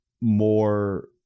more